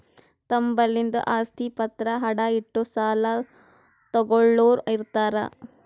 ತಮ್ ಬಲ್ಲಿಂದ್ ಆಸ್ತಿ ಪತ್ರ ಅಡ ಇಟ್ಟು ಸಾಲ ತಗೋಳ್ಳೋರ್ ಇರ್ತಾರ